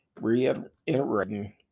reiterating